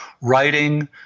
writing